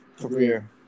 career